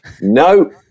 No